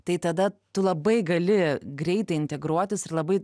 tai tada tu labai gali greitai integruotis ir labai